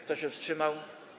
Kto się wstrzymał?